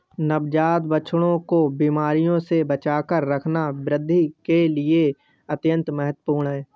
नवजात बछड़ों को बीमारियों से बचाकर रखना वृद्धि के लिए अत्यंत महत्वपूर्ण है